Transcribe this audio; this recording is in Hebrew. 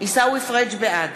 בעד